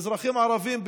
ואזרחים ערבים,